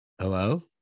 Hello